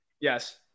Yes